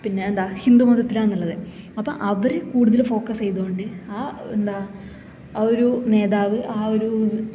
പിന്നെ എന്താ ഹിന്ദു മതത്തിലാണ് ഉള്ളത് അപ്പം അവരെ കൂടുതൽ ഫോക്കസ് ചെയ്തുകൊണ്ട് ആ എന്താ ആ ഒരു നേതാവ് ആ ഒരു